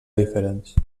diferents